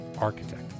architect